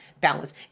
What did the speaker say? balance